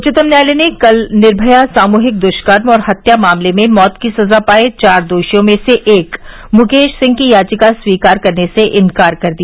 उच्चतम न्यायालय ने कल निर्भया सामूहिक दुष्कर्म और हत्या मामले में मौत की सजा पाए चार दोषियों में से एक मुकेश सिंह की याचिका स्वीकार करने से इन्कार कर दिया